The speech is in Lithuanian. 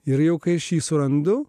ir jau kai šį surandu